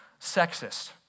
sexist